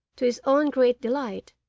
to his own great delight,